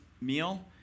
meal